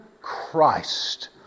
Christ